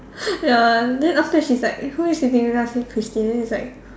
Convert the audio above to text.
ya then after that she's like eh who you sitting with then I say Christine then she's like